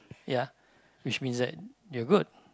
ya which means that you're good